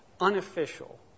unofficial